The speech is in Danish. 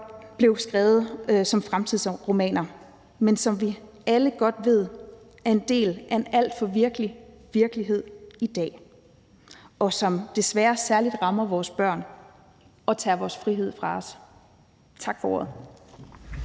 beskrev i fremtidsromaner, men som vi alle godt ved er en del af en alt for virkelig virkelighed i dag, og som desværre særlig rammer vores børn og tager vores frihed fra os. Tak for ordet.